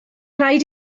rhaid